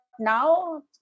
Now